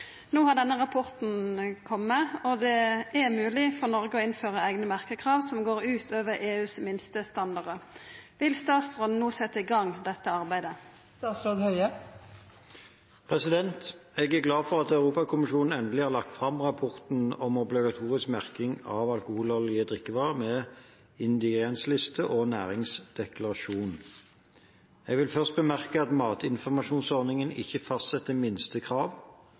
Nå har denne rapporten kommet, og det er mulig for Norge å innføre egne merkekrav som går ut over EUs minstestandarder. Vil statsråden nå sette i gang dette arbeidet?» Jeg er glad for at Europakommisjonen endelig har lagt fram rapporten om obligatorisk merking av alkoholholdige drikkevarer med ingrediensliste og næringsdeklarasjon. Jeg vil først bemerke at matinformasjonsforordningen ikke fastsetter minstekrav, men gir harmoniserte krav